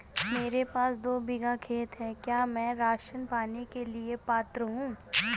मेरे पास दो बीघा खेत है क्या मैं राशन पाने के लिए पात्र हूँ?